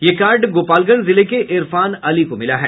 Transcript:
यह कार्ड गोपालगंज जिले के इरफान अली को मिला है